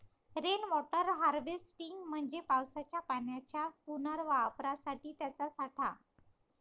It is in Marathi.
रेन वॉटर हार्वेस्टिंग म्हणजे पावसाच्या पाण्याच्या पुनर्वापरासाठी त्याचा साठा